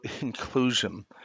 inclusion